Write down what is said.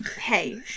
hey